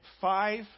five